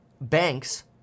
banks